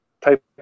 type